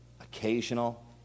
occasional